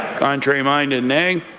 contrary-minded nay.